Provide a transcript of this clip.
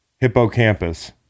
hippocampus